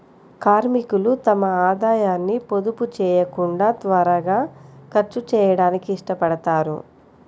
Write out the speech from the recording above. కార్మికులు తమ ఆదాయాన్ని పొదుపు చేయకుండా త్వరగా ఖర్చు చేయడానికి ఇష్టపడతారు